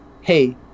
hey